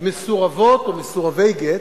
מסורבות או מסורבי גט,